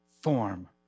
form